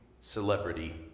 celebrity